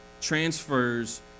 transfers